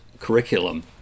curriculum